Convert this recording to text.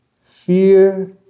Fear